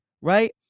right